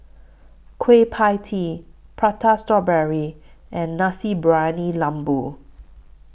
Kueh PIE Tee Prata Strawberry and Nasi Briyani Lembu